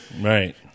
Right